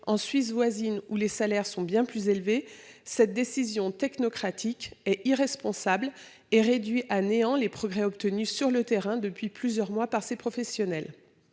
en Suisse voisine, où les salaires sont bien plus élevés. Cette décision technocratique et irresponsable et réduit à néant les progrès obtenus sur le terrain depuis plusieurs mois par ces professionnels.